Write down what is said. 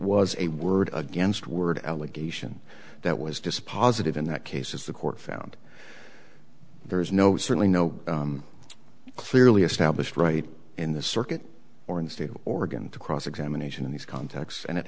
was a word against word allegation that was dispositive in that case as the court found there is no certainly no clearly established right in the circuit or in the state of oregon to cross examination in these contexts and it